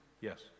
Yes